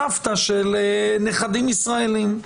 סבתא של נכדים ישראלים,